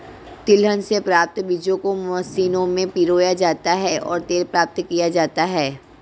तिलहन से प्राप्त बीजों को मशीनों में पिरोया जाता है और तेल प्राप्त किया जाता है